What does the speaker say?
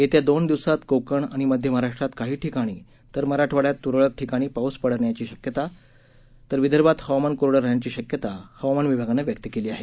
येत्या दोन दिवसात कोकण आणि मध्य महाराष्ट्रात काही ठिकाणी तर मराठवाड्यात त्रळक ठिकाणी पाऊस पडण्याची तर विदर्भात हवामान कोरडे राहण्याची शक्यता हवामान विभागानं व्यक्त केली आहे